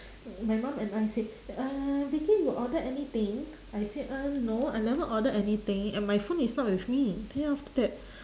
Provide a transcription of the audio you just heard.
my mum and I said uh vicky you order anything I said uh no I never order anything and my phone is not with me then after that